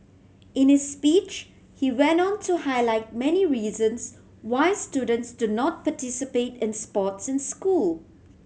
in his speech he went on to highlight many reasons why students do not participate in sports in school